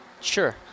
Sure